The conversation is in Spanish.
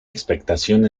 expectación